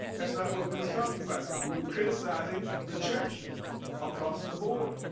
that's not what we were talking about. we we were criticizing the church across the board.